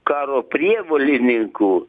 karo prievolininkų